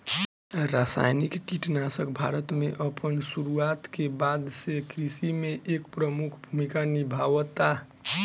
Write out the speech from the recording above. रासायनिक कीटनाशक भारत में अपन शुरुआत के बाद से कृषि में एक प्रमुख भूमिका निभावता